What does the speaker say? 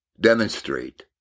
demonstrate